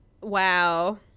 wow